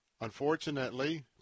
Unfortunately